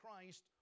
Christ